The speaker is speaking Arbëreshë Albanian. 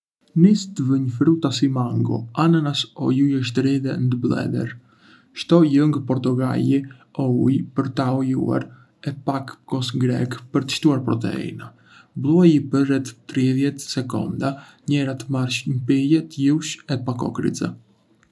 Nisë të vunj fruta si mango, ananas o luleshtrye ndë bledhér. Shto lëng portokalli o ujë për ta holluar e pak kos grek për të shtuar proteina. Bluaji për rreth tridhjet sekonda njèra të marrësh një pije të lësh e pa kokrriza.